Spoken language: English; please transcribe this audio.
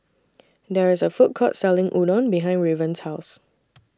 There IS A Food Court Selling Udon behind Raven's House